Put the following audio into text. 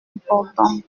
important